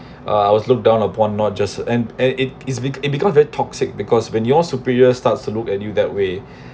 uh I was look down upon not just and and it is it becomes very toxic because when your superior starts to look at you that way